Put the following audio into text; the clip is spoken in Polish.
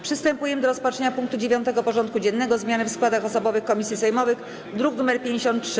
Przystępujemy do rozpatrzenia punktu 9. porządku dziennego: Zmiany w składach osobowych komisji sejmowych (druk nr 53)